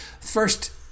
first